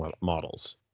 models